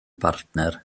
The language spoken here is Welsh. bartner